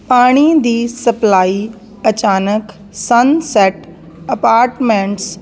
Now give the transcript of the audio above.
ਪਾਣੀ ਦੀ ਸਪਲਾਈ ਅਚਾਨਕ ਸਨਸੈੱਟ ਅਪਾਰਟਮੈਂਟਸ